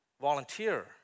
volunteer